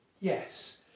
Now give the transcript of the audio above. Yes